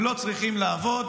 הם לא צריכים לעבוד.